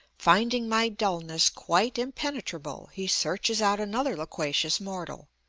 finding my dulness quite impenetrable, he searches out another loquacious mortal,